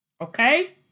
Okay